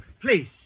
please